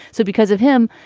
so because of him.